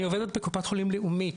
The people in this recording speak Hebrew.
אני עובדת בקופת חולים לאומית,